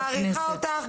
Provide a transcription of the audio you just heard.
מעריכה אותך,